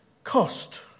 Cost